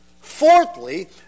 Fourthly